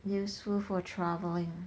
useful for travelling